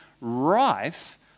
rife